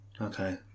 Okay